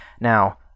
Now